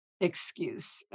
excuse